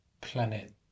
planet